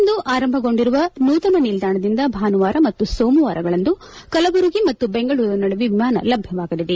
ಇಂದು ಆರಂಭಗೊಂಡಿರುವ ನೂತನ ನಿಲ್ದಾಣದಿಂದ ಭಾನುವಾರ ಮತ್ತು ಸೋಮವಾರಗಳಂದು ಕಲಬುರಗಿ ಮತ್ತು ಬೆಂಗಳೂರು ನಡುವೆ ವಿಮಾನ ಲಭ್ಯವಾಗಲಿದೆ